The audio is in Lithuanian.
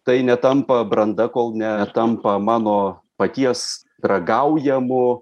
tai netampa branda kol netampa mano paties ragaujamu